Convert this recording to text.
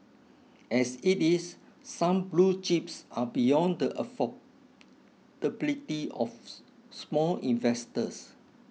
as it is some blue chips are beyond the affordability of small investors